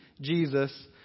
Jesus